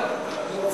מה זה?